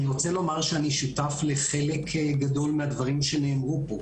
אני רוצה לומר שאני שותף לחלק גדול מהדברים שנאמרו פה.